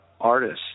artists